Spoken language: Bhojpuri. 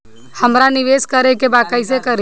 हमरा निवेश करे के बा कईसे करी?